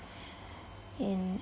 in